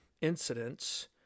incidents